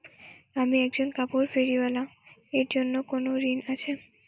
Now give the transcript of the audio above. আমি একজন কাপড় ফেরীওয়ালা এর জন্য কোনো ঋণ আছে?